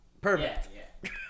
Perfect